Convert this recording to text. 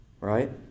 Right